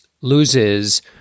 loses